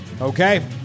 Okay